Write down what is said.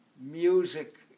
music